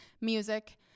music